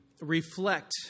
reflect